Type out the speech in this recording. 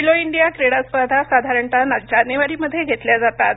Khelo India क्रीडा स्पर्धा साधारणतः जानेवारीमध्ये घेतल्या जातात